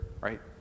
right